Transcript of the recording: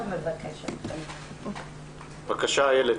בבקשה, איילת.